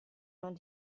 non